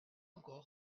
encore